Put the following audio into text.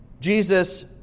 Jesus